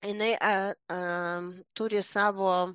jinai a am turi savo